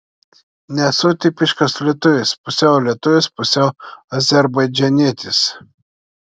nesu tipiškas lietuvis pusiau lietuvis pusiau azerbaidžanietis